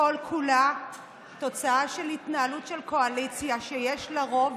כל-כולה תוצאה של התנהלות של קואליציה שיש לה רוב